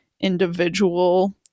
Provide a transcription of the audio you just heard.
individual